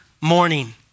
morning